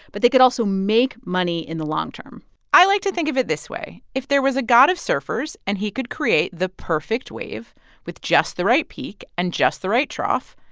but they could also make money in the long term i like to think of it this way. if there was a god of surfers and he could create the perfect wave with just the right peak and just the right trough,